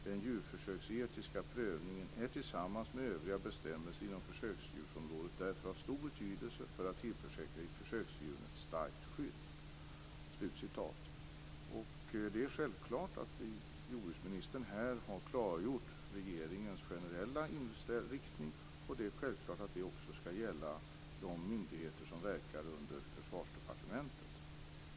Den djurförsöksetiska prövningen är tillsammans med övriga bestämmelser inom försöksdjursområdet därför av stor betydelse för att tillförsäkra försöksdjuren ett starkt skydd." Det är självklart att jordbruksministern här har klargjort regeringens generella inriktning. Givetvis skall det också gälla de myndigheter som verkar under Försvarsdepartementet.